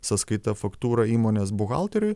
sąskaita faktūra įmonės buhalteriui